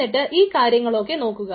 എന്നിട്ട് ഈ കാര്യങ്ങളൊക്കെ നോക്കുക